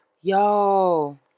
Yo